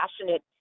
passionate